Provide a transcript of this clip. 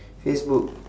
facebook